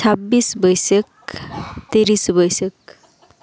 ᱪᱷᱟᱵᱵᱤᱥ ᱵᱟᱹᱭᱥᱟᱹᱠ ᱛᱤᱨᱤᱥ ᱵᱟᱹᱭᱥᱟᱹᱠ